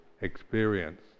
experience